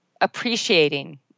appreciating